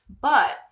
But-